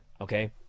okay